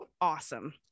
awesome